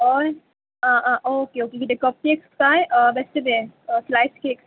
ऑय आं आं ओके ओके कितें कप केक्स कांय वेस्ट तें स्लायस केक्स